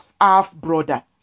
half-brother